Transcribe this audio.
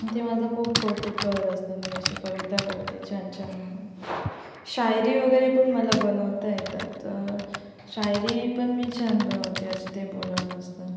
आणि ते माझं खूप कौतुक करत असतात मी असे कविता करते छान छान म्हणून शायरी वगैरे पण मला बनवता येतात शायरी पण मी छान बनवते असं ते बोलत असतात